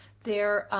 there